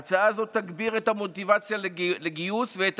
ההצעה הזאת תגביר את המוטיבציה לגיוס ואת